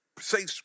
say